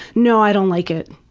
no i don't like it.